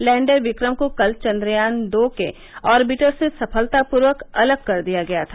lander Vikram को कल चंद्रयान दो के ऑरविटर से सफलतापूर्वक अलग कर दिया गया था